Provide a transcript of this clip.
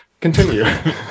Continue